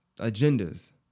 agendas